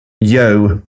Yo